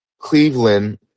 Cleveland –